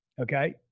okay